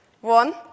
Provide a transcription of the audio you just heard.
One